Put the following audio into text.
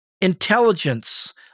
intelligence